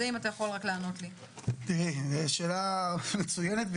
שאלה מצוינת,